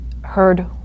heard